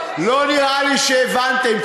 לא נראה לי שהבנתם,